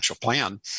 plan